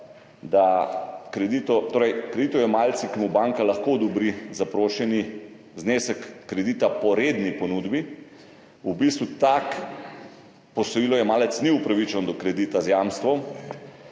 da kreditojemalec, ki mu banka lahko odobri zaprošeni znesek kredita po redni ponudbi, tak posojilojemalec ni upravičen do kredita z jamstvom.